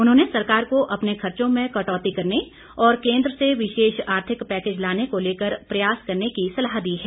उन्होंने सरकार को अपने खर्चों में कटौती करने और केन्द्र से विशेष आर्थिक पैकेज लाने को लेकर प्रयास करने की सलाह दी है